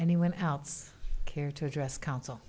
anyone else care to address council